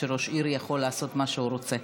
שראש עיר יכול לעשות מה שהוא רוצה.